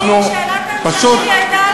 אבל, אדוני, שאלת ההמשך שלי הייתה על הסכום.